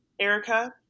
Erica